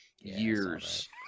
years